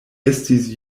estis